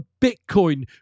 Bitcoin